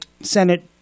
Senate